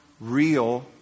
real